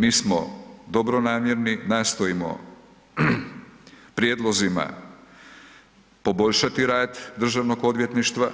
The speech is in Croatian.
Mi smo dobronamjerni, nastojimo prijedlozima poboljšati rad Državnog odvjetništva,